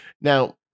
Now